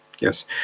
Yes